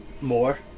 more